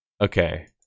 okay